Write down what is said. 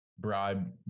bribe